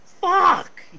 Fuck